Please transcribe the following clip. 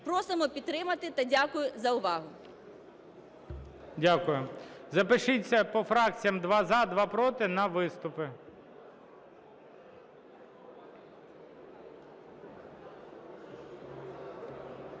Просимо підтримати та дякую за увагу.